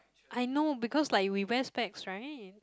I know because like we wear specs right